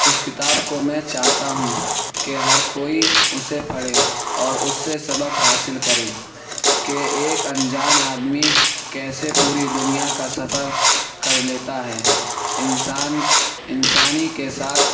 اس کتاب کو میں چاہتا ہوں کہ ہر کوئی اسے پڑھے اور اس سے سبق حاصل کرے کہ ایک انجان آدمی کیسے پوری دنیا کا سفر کر لیتا ہے انسان انسانی کے ساتھ